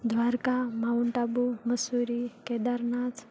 Dwarka Mount Abu Mussoorie Kedarnath